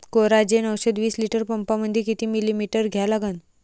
Coragen औषध विस litre पंपामंदी किती मिलीमिटर घ्या लागन?